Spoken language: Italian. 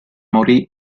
morì